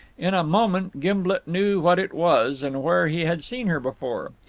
in a moment gimblet knew what it was, and where he had seen her before.